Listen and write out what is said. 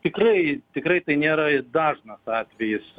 tikrai tikrai tai nėra dažnas atvejis